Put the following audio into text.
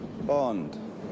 Bond